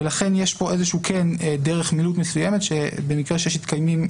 ולכן יש פה איזה שהיא דרך מילוט מסוימת שבמקרה שיתקיימו